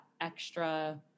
extra